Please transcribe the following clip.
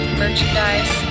merchandise